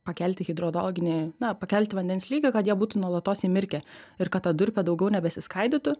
pakelti hidrologinį pakelti vandens lygį kad jie būtų nuolatos įmirkę ir kad ta durpė daugiau nebesiskaidytų